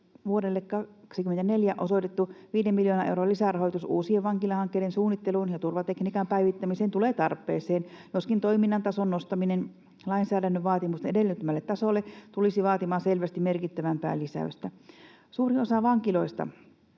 Vuodelle 24 osoitettu viiden miljoonan euron lisärahoitus uusien vankilahankkeiden suunnitteluun ja turvatekniikan päivittämiseen tulee tarpeeseen, joskin toiminnan tason nostaminen lainsäädännön vaatimusten edellyttämälle tasolle tulisi vaatimaan selvästi merkittävämpään lisäystä. Suuri osa vankiloista